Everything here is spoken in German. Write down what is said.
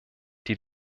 die